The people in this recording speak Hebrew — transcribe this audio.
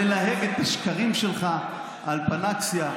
ללהג את השקרים שלך על פנאקסיה.